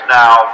now